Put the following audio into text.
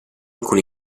alcun